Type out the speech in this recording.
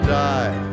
die